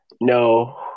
No